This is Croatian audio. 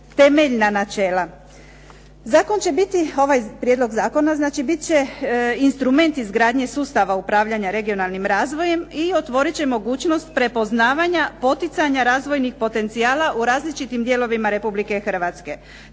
će biti, ovaj prijedlog zakona znači bit će instrument izgradnje sustave upravljanja regionalnim razvojem i otvorit će mogućnost prepoznavanja poticanja razvojnih potencijala u različitim dijelovima Republike Hrvatske.